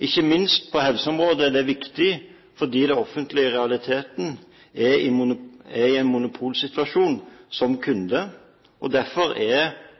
Ikke minst på helseområdet er det viktig fordi det offentlige i realiteten er i en monopolsituasjon som kunde, og derfor er